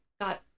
got